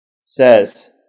says